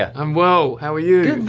i'm well, how are you?